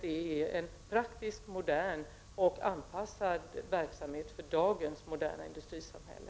Det är en praktisk, modern och anpassad verksamhet för dagens moderna industrisamhälle.